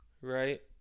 Right